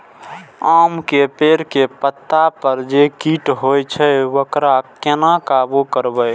आम के पेड़ के पत्ता पर जे कीट होय छे वकरा केना काबू करबे?